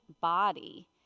body